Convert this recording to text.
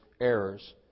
errors